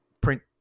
print